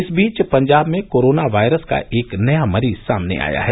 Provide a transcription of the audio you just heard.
इस बीच पंजाब में कोरोना वायरस का एक नया मरीज सामने आया है